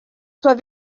soit